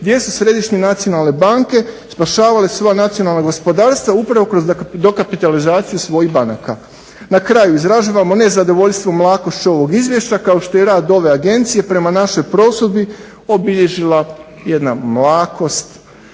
gdje su središnje nacionalne banke spašavale svoja nacionalna gospodarstva upravo kroz dokapitalizaciju svojih banaka. Na kraju izražavamo nezadovoljstvo mlakošću ovog izvješća kao što je i rad ove Agencije prema našoj prosudbi obilježila jedna mlakost.